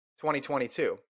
2022